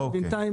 בינתיים,